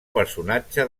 personatge